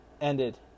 ended